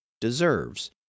deserves